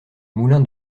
moulin